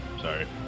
Sorry